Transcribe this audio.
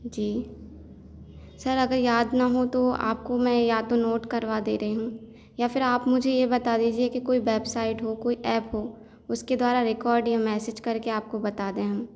जी sir अगर याद न हों तो आपको मैं या तो नोट करवा दे रही हूँ या फिर आप मुझे ये बता दीजिए की कोई बेबसाईट हो कोई एप हों उसके द्वारा रिकॉर्ड या मैसेज करके बता दे हम